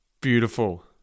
Beautiful